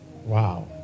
Wow